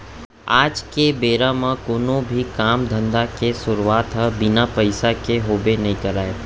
आज के बेरा म कोनो भी काम धंधा के सुरूवात ह बिना पइसा के होबे नइ करय